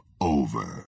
over